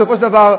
בסופו של דבר,